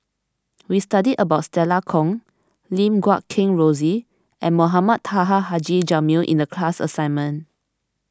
we studied about Stella Kon Lim Guat Kheng Rosie and Mohamed Taha Haji Jamil in the class assignment